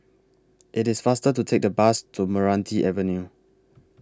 IT IS faster to Take The Bus to Meranti Avenue